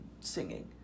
singing